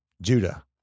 Judah